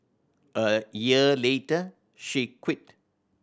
a year later she quit